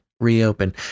reopen